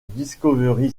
discovery